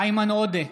איימן עודה,